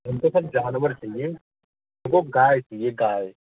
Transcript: हमको सर जानवर चाहिए हमको गाय चाहिए गाय